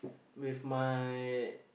with my